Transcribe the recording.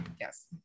Yes